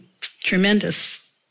tremendous